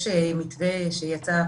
אבל מתוך מה שאנחנו רואים,